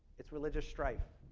it's religious strife.